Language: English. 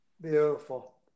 Beautiful